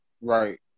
Right